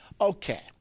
Okay